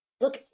look